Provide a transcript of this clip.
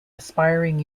aspiring